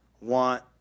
want